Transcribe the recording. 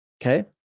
Okay